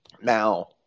Now